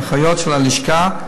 והאחיות של הלשכה,